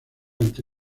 ante